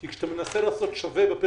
כי כאשר אתה מנסה לעשות שווה בפריפריה,